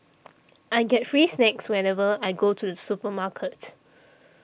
I get free snacks whenever I go to the supermarket